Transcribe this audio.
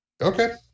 Okay